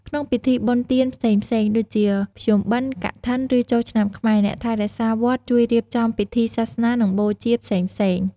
ក្នុងពិធីបុណ្យទានផ្សេងៗដូចជា ភ្ជុំបិណ្ឌ កឋិន ឬចូលឆ្នាំខ្មែរ អ្នកថែរក្សាវត្តជួយរៀបចំពិធីសាសនា និងបូជា ផ្សេងៗ។